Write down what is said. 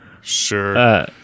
Sure